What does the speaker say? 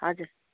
हजुर